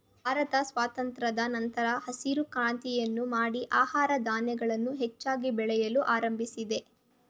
ಭಾರತ ಸ್ವಾತಂತ್ರದ ನಂತರ ಹಸಿರು ಕ್ರಾಂತಿಯನ್ನು ಮಾಡಿ ಆಹಾರ ಧಾನ್ಯಗಳನ್ನು ಹೆಚ್ಚಾಗಿ ಬೆಳೆಯಲು ಆರಂಭಿಸಿದೆ